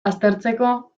aztertzeko